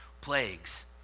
plagues